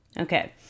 Okay